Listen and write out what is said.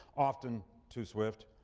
often too swift,